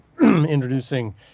Introducing